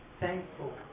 thankful